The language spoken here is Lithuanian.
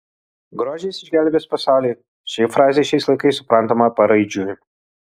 grožis išgelbės pasaulį ši frazė šiais laikais suprantama paraidžiui